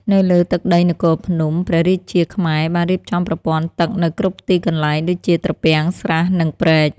នៅលើទឹកដីនគរភ្នំ ព្រះរាជាខ្មែរបានរៀបចំប្រព័ន្ធទឹកនៅគ្រប់ទីកន្លែង ដូចជា ត្រពាំង ស្រះ និងព្រែក។